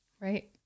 Right